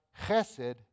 chesed